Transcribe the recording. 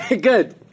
Good